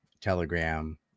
Telegram